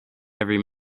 every